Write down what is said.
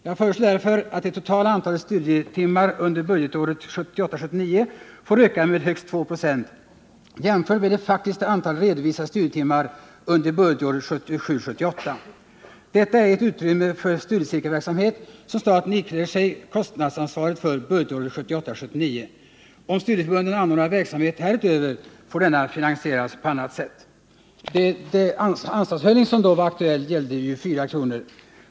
Jag föreslår därför att det totala antalet studietimmar under budgetåret 1978 78. Detta är det utrymme för studiecirkelverksamhet som staten ikläder sig kostnadsansvaret för budgetåret 1978/79. Om studieförbunden anordnar verksamhet härutöver får denna finansieras på annat sätt.” Den anslagshöjning som då var aktuell gällde 4 kr. per studietimme.